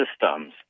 systems